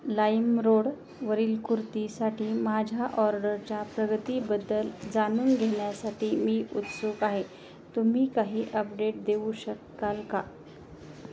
लाईमरोडवरील कुर्तीसाठी माझ्या ऑर्डरच्या प्रगतीबद्दल जाणून घेण्यासाठी मी उत्सुक आहे तुम्ही काही अपडेट देऊ शकाल का